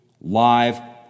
live